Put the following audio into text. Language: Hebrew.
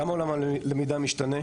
בטח בקורונה אבל גם לא בקורונה אנחנו מקבלים